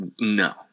no